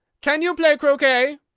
can you play croquet?